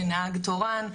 ונהג תורן,